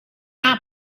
not